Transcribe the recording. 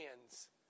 hands